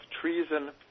treason